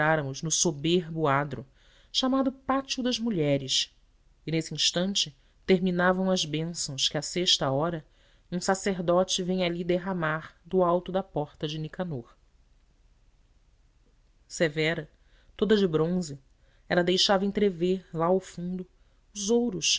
no soberbo adro chamado pátio das mulheres e nesse instante terminavam as bênçãos que à sexta hora um sacerdote vem ali derramar do alto da porta de nicanor severa toda de bronze ela deixava entrever lá ao fundo os ouros